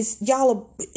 y'all